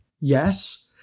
Yes